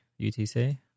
UTC